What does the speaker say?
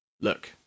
look